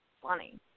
funny